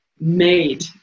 made